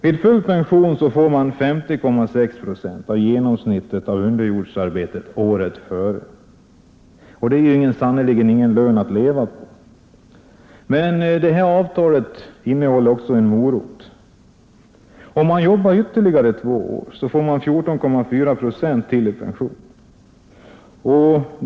Vid full pension får han vid 63 års ålder 50,6 procent av genomsnittet på underjordsarbetet året före. Det är sannerligen ingen lön att leva på! Men avtalet innehåller också en morot. Om man jobbar ytterligare två år får man 14,4 procent till i pension.